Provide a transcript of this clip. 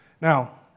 Now